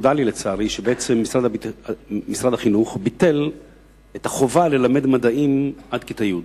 נודע לי לצערי שבעצם משרד החינוך ביטל את החובה ללמד מדעים עד כיתה י'.